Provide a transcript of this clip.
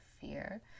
fear